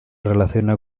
relaciona